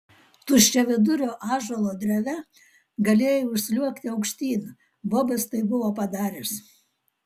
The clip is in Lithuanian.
tuščiavidurio ąžuolo dreve galėjai užsliuogti aukštyn bobas tai buvo padaręs